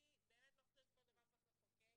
אני באמת לא חושבת שכל דבר צריך לחוקק,